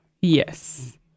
Yes